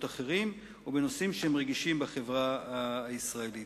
אחרים ובנושאים שהם רגישים בחברה הישראלית.